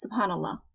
subhanAllah